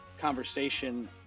conversation